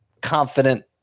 confident